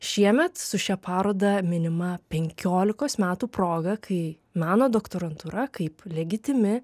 šiemet su šia paroda minimą penkiolikos metų proga kai meno doktorantūra kaip legitimi